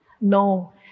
No